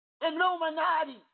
Illuminati